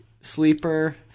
sleeper